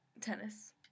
tennis